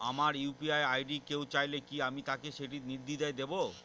আমার UPI ID কেউ চাইলে কি আমি তাকে সেটি নির্দ্বিধায় দেব?